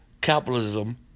capitalism